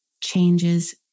changes